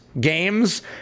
games